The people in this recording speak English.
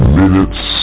minutes